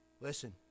Listen